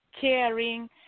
caring